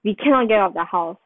we cannot get off the house